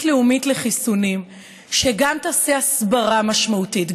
לאומית לחיסונים שגם תעשה הסברה משמעותית,